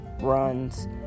runs